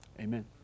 amen